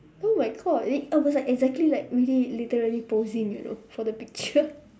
oh my god l~ I was like exactly like really literally posing you know for the picture